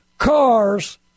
Cars